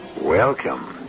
Welcome